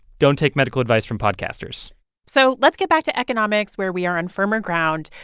don't take medical advice from podcasters so let's get back to economics, where we are on firmer ground.